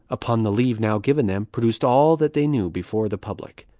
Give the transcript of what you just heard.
upon the leave now given them, produced all that they knew before the public.